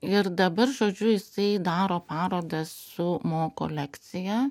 ir dabar žodžiu jisai daro parodą su mo kolekcija